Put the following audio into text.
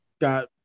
got